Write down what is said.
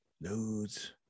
Nudes